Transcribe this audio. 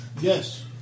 Yes